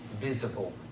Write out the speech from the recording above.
visible